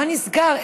מה נסגר?